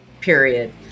period